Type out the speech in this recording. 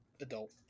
adult